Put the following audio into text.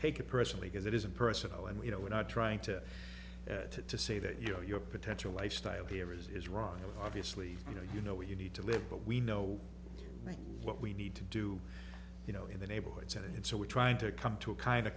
take it personally because it isn't personal and you know we're not trying to to to say that you know your potential lifestyle here is wrong or obviously you know you know what you need to live but we know what we need to do you know in the neighborhoods and so we're trying to come to a kind of